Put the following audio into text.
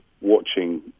watching